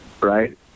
right